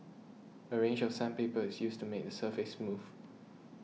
a range of sandpaper is used to make the surface smooth